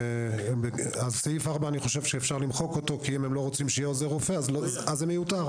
את סעיף 4 אפשר למחוק כי אם הם לא רוצים שיהיה עוזר רופא אז זה מיותר.